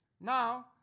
Now